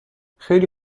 خیلی